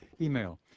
Email